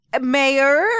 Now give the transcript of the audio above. Mayor